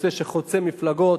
נושא שחוצה מפלגות,